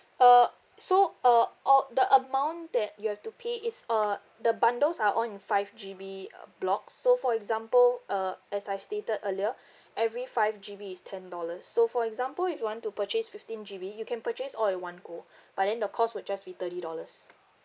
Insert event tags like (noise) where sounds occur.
uh so uh oh the amount that you have to pay is uh the bundles are all in five G_B block so for example uh as I stated earlier (breath) every five G_B is ten dollars so for example if you want to purchase fifteen G_B you can purchase all at one go but then the cost would just be thirty dollars